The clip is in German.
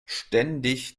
ständig